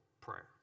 prayer